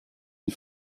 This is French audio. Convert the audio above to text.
une